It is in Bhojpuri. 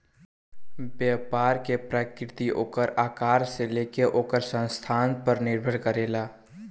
व्यवसाय के प्रकृति ओकरा आकार से लेके ओकर स्थान पर निर्भर करेला